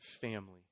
family